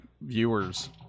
viewers